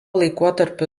laikotarpiu